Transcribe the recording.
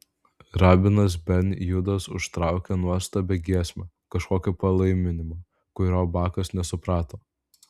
rabinas ben judas užtraukė nuostabią giesmę kažkokį palaiminimą kurio bakas nesuprato